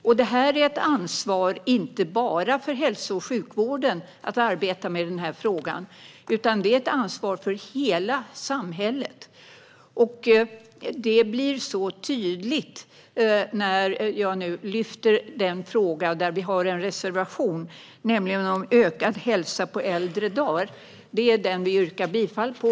Att arbeta med denna fråga är inte ett ansvar bara för hälso och sjukvården utan för hela samhället. Detta blir tydligt i vår reservation om ökad hälsa på äldre dagar.